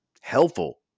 helpful